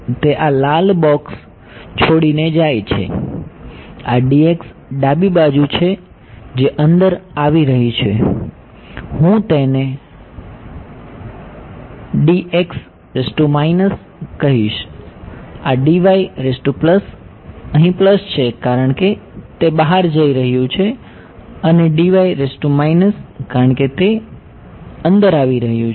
તે આ લાલ બોક્સ છોડીને જાય છે આ ડાબી બાજુ છે જે અંદર આવી રહી છે હું તેને કહીશ આ અહીં પ્લસ છે કારણ કે તે બહાર જઈ રહ્યું છે અને કારણ કે તે અંદર આવી રહ્યું છે